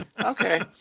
Okay